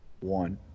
One